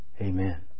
Amen